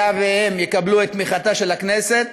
היה והם יקבלו את תמיכתה של הכנסת,